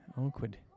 Awkward